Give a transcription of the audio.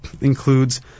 includes